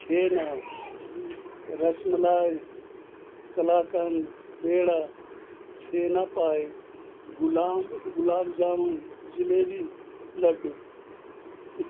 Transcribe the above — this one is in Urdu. چھینا رس ملائی کلا کند پیڑا چھینا پائی گلام گلاب جامن جلیبی لڈو